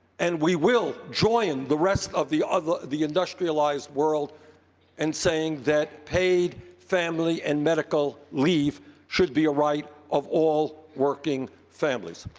and we will join the rest of the other the industrialized world in and saying that paid family and medical leave should be a right of all working families.